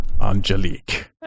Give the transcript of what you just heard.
Angelique